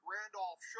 Randolph